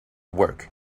work